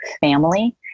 family